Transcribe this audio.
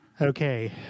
Okay